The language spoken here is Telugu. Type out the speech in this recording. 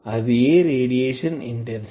అదియే రేడియేషన్ ఇంటెన్సిటీ